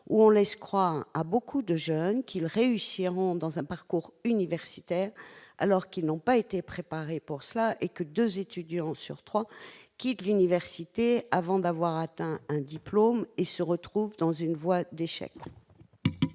où on laisse croire à beaucoup de jeunes qu'ils réussiront dans leur parcours universitaire, alors qu'ils n'y ont pas été préparés. Je rappelle que deux étudiants sur trois quittent l'université avant d'avoir obtenu un diplôme et se retrouvent sur une voie d'échec.